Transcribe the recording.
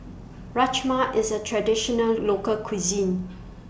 Rajma IS A Traditional Local Cuisine